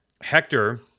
Hector